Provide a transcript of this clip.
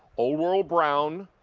old world brown.